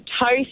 toast